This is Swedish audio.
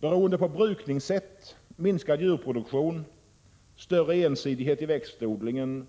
Beroende på brukningssätt, minskad djurproduktion, större ensidighet i växtodlingen,